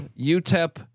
UTEP